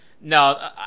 No